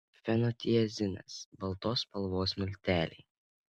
fenotiazinas baltos spalvos milteliai